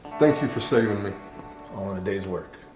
thank you for saving me. all in a days work.